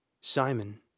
Simon